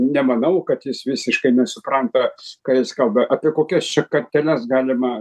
nemanau kad jis visiškai nesupranta ką jis kalba apie kokias čia karteles galima